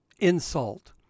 insult